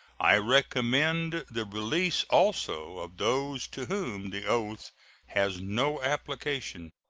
i recommend the release also of those to whom the oath has no application.